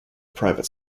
private